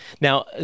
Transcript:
Now